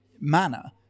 manner